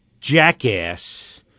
jackass